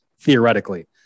theoretically